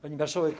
Pani Marszałek!